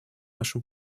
нашем